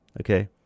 okay